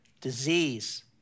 disease